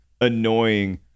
annoying